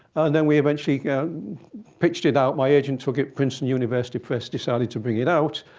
and then we eventually pitched it out. my agent took it. princeton university press decided to bring it out.